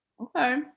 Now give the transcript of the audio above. Okay